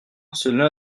cela